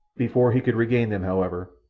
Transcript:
before he could regain them, however,